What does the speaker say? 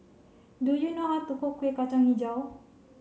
do you know how to cook Kueh Kacang Hijau